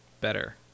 better